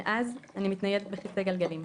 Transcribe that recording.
מאז אני מתניידת בכסא גלגלים.